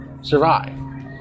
survive